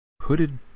Hooded